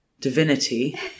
divinity